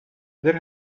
there